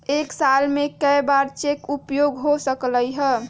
एक साल में कै बेर चेक के उपयोग हो सकल हय